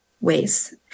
ways